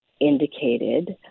indicated